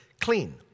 clean